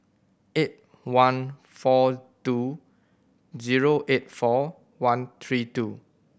eight one four two zero eight four one three two